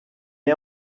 est